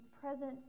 present